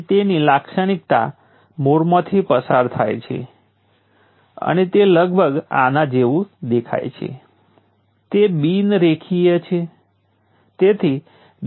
તેથી જાણી જોઈને હું આ V2 ની જેમ વ્યાખ્યાયિત કરીશ